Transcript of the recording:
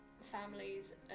families